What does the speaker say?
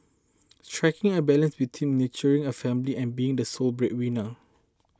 striking a balance between nurturing a family and being the sole breadwinner